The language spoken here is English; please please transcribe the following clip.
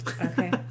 Okay